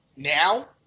Now